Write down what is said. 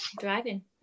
driving